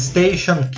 Station